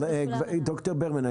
ד"ר ברמן,